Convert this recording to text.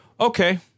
Okay